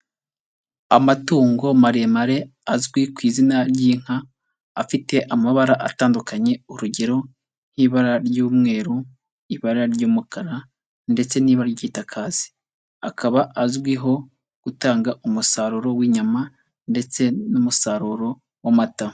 Amatungo maremare azwi ku izina ry'inka, afite amabara atandukanye, urugero nk'ibara ry'umweru, ibara ry'umukara ndetse n'ibara ry'igitaka hasi, akaba azwiho gutanga umusaruro w'inyama ndetse n'umusaruro w'amata.